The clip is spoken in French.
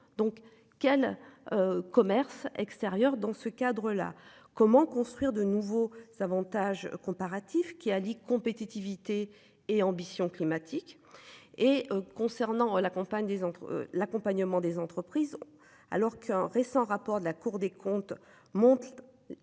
donc quel. Commerce extérieur. Dans ce cadre là comment construire de nouveaux avantages comparatifs qui allient compétitivité et ambitions climatiques